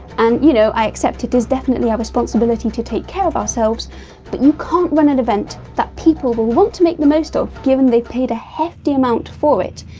and you know, i accept it is definitely our responsibility to take care of ourselves but you can't run an event that people will want to make the most of given they've paid a hefty amount for it,